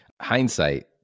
hindsight